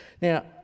Now